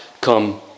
come